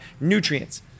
nutrients